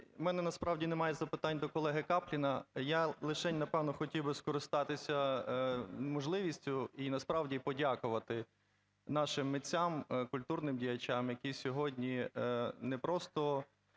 У мене насправді немає запитань до колеги Капліна. Я лишень, напевно, хотів би скористатися можливістю і насправді подякувати нашим митцям, культурним діячам, які сьогодні не просто